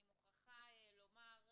אני מוכרחה לומר,